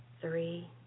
three